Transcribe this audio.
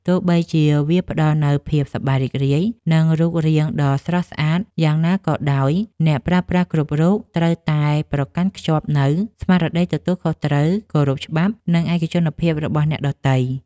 ទោះបីជាវាផ្ដល់នូវភាពសប្បាយរីករាយ និងរូបភាពដ៏ស្រស់ស្អាតយ៉ាងណាក៏ដោយ អ្នកប្រើប្រាស់គ្រប់រូបត្រូវតែប្រកាន់ខ្ជាប់នូវ ស្មារតីទទួលខុសត្រូវ គោរពច្បាប់ និងឯកជនភាពរបស់អ្នកដទៃ។